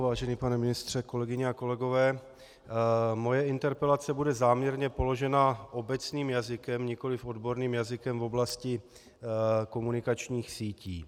Vážený pane ministře, kolegyně a kolegové, moje interpelace bude záměrně položena obecným jazykem, nikoliv odborným jazykem v oblasti komunikačních sítí.